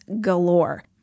galore